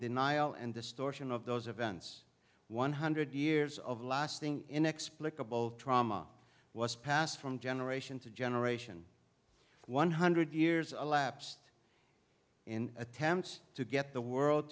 denial and distortion of those events one hundred years of lasting in explicable trauma was passed from generation to generation one hundred years a lapsed in attempts to get the world